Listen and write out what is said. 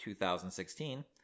2016